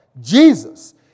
Jesus